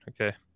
okay